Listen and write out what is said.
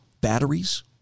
batteries